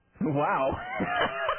Wow